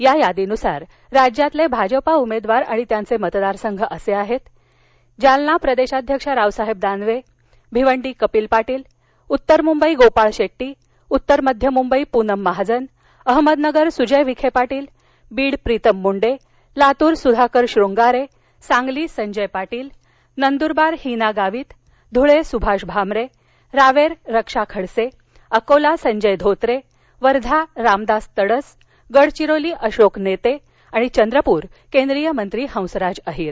या यादीनुसार राज्यातले भाजपा उमेदवार आणि त्यांचे मतदारसंघ असे आहेत जालना प्रदेशाध्यक्ष रावसाहेब दानवे भिवंडी कपिल पाटील उत्तर मुंबई गोपाळ शेट्टी उत्तरमध्य मुंबई पूनम महाजन अहमदनगर सुजय विखे पाटील बीड प्रीतम मुंडे लातूर सुधाकर शृंगारे सांगली संजय पाटील नंदूरबार हीना गावित ध्रळे सुभाष भामरे रावेर रक्षा खडसे अकोला संजय धोत्रे वर्धा रामदास तड्स गडचिरोली अशोक नेते आणि चंद्रपूर केंद्रीय मंत्री हंसराज अहिर